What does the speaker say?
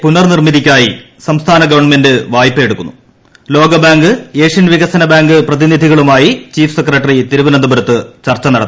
പുനർനിർമിതിക്കായി സംസ്ഥാന ഗവൺമെന്റ് വായ്പയെടുക്കുന്നു ലോകബാങ്ക് ഏഷ്യൻ വികസന ബാങ്ക് പ്രതിനിധികളുമായി ചീഫ് സെക്രട്ടറി തിരുവനന്തപുരത്ത് ചർച്ച നടത്തി